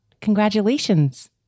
Congratulations